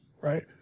right